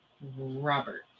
Robert